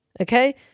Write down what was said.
Okay